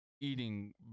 eating